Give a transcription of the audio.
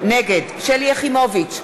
נגד שלי יחימוביץ,